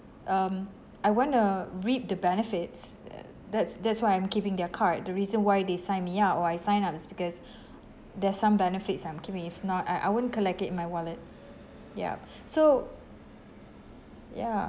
um I want to reap the benefits uh that's that's why I'm keeping their card the reason why they signed me up or I signed up is because there's some benefits I'm keeping if not I I won't collect it in my wallet yup so ya